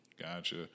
Gotcha